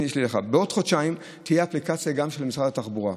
בעוד חודשיים תהיה אפליקציה גם של משרד התחבורה.